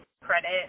credit